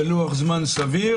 בלוח זמן סביר